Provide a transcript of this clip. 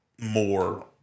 more